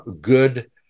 good